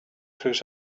through